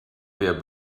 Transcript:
wer